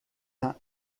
that